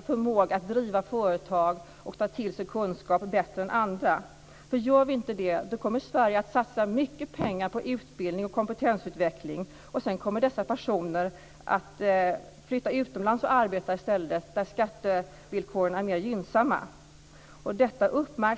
förmåga att driva företag och ta till sig kunskap bättre än andra. Gör vi inte det kommer Sverige att satsa mycket pengar på utbildning och kompetensutveckling, och sedan kommer dessa personer att flytta utomlands, där skattevillkoren är mer gynnsamma, och arbeta där i stället.